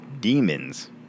demons